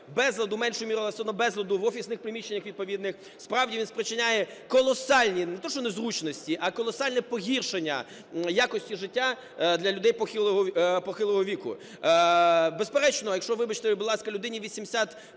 безладу меншою мірою, але все одно безладу в офісних приміщеннях відповідних справді він спричиняє колосальні, не тещо незручності, а колосальне погіршення якості життя для людей похилого віку. Безперечно, якщо, вибачте, будь ласка, людині 85